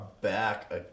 back